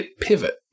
pivot